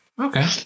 Okay